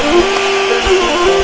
he